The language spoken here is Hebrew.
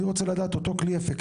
אני רוצה לדעת אותו כלי אפקטיבי.